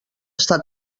està